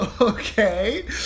Okay